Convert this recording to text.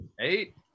Eight